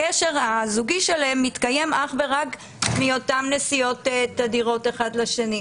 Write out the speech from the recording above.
הקשר הזוגי שלהם מתקיים אך ורק מאותן נסיעות תדירות אחד לשני.